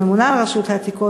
שממונה על רשות העתיקות,